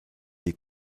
les